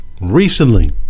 recently